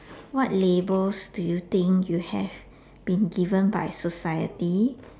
what labels do you think you have been given by society